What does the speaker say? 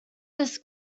this